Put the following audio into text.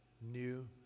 new